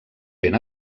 ben